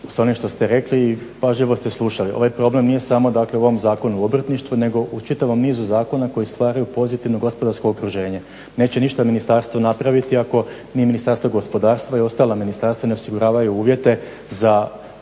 onim što ste rekli i pažljivo ste slušali. Ovaj problem nije samo, dakle u ovom Zakonu o obrtništvu nego u čitavom nizu zakona koji stvaraju pozitivno gospodarsko okruženje. Neće ništa ministarstvo napraviti ako ni Ministarstvo gospodarstva i ostala ministarstva ne osiguravaju uvjete za,